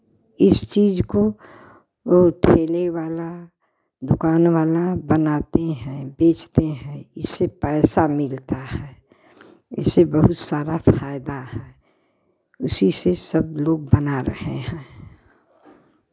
इस चीज़ को को ठेले वाला दुकान वाला बनाते हैं बेचते हैं इस से पैसा मिलता है इस से बहुत सारा फायदा है उसी से सब लोग बना रहे हैं